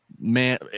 man